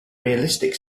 realistic